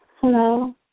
Hello